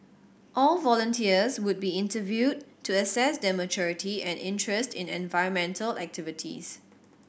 all volunteers would be interviewed to assess their maturity and interest in environmental activities